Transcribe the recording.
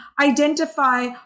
identify